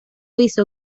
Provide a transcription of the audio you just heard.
hizo